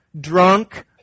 drunk